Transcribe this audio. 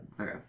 Okay